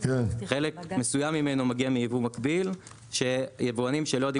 חלק מסוים ממנו מגיע מיבוא מקביל שיבואנים שלא יודעים